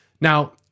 Now